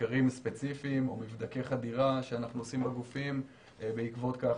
סקרים ספציפיים או מבדקי חדירה שאנחנו עושים בגופים ובעקבות כך